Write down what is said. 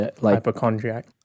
hypochondriac